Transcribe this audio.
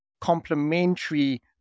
complementary